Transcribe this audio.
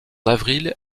avril